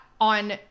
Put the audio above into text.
on